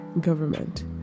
government